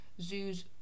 Zoos